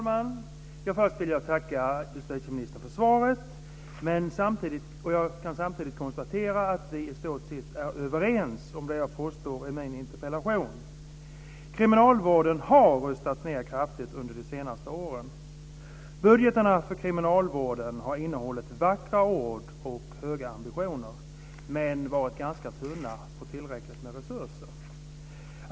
Herr talman! Först vill jag tacka justitieministern för svaret. Jag kan samtidigt konstatera att vi i stort sett är överens om det jag påstår i min interpellation. Kriminalvården har rustats ned kraftigt under de senaste åren. Budgetarna för kriminalvården har innehållit vackra ord och höga ambitioner men varit ganska tunna när det gäller tillräckliga resurser.